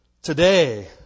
Today